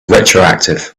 retroactive